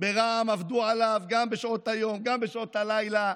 ברע"מ עבדו עליו גם בשעות היום, גם בשעות הלילה,